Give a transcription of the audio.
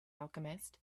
alchemist